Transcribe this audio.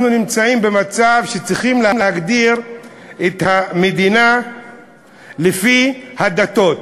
אנחנו נמצאים במצב שצריכים להגדיר את המדינה לפי הדתות,